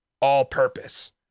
all-purpose